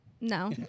No